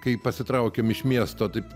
kai pasitraukėm iš miesto taip